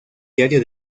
diario